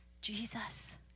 Jesus